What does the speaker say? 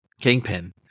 Kingpin